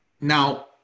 now